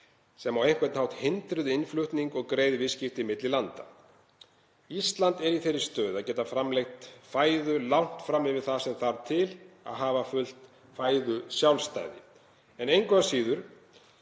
sem á einhvern hátt hindruðu innflutning og greið viðskipti milli landa. Ísland er í þeirri stöðu að geta framleitt fæðu langt fram yfir það sem þarf til að hafa fullt fæðusjálfstæði en er engu að síður